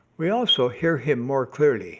we also hear him more clearly